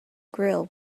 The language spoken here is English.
grill